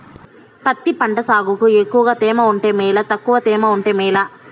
పత్తి పంట సాగుకు ఎక్కువగా తేమ ఉంటే మేలా తక్కువ తేమ ఉంటే మేలా?